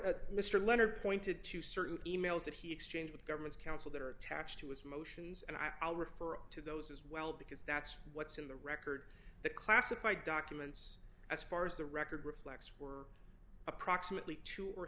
honor mr leonard pointed to certain e mails that he exchanged with governments counsel that are attached to his motions and i'll refer to those as well because that's what's in the record the classified documents as far as the record reflects were approximately two or